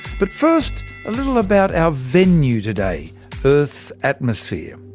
but first, a little about our venue today earth's atmosphere.